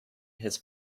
his